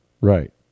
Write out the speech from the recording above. right